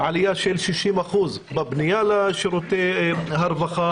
עלייה של 60% בפנייה לשירותי הרווחה